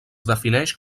defineix